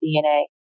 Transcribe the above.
DNA